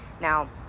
now